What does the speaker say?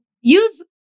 use